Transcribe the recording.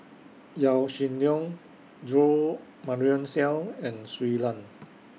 Yaw Shin Leong Jo Marion Seow and Shui Lan